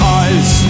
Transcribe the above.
eyes